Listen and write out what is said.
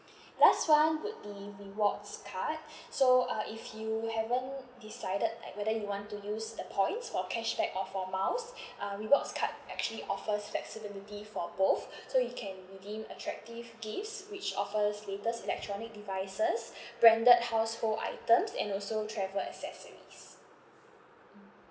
last one would be rewards card so uh if you haven't decided like whether you want to use the points for cashback or for miles uh rewards card actually offers flexibility for both so you can redeem attractive gifts which offers latest electronic devices branded household items and also travel accessories mm